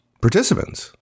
participants